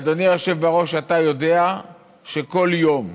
ואדוני היושב בראש, אתה יודע שכל יום,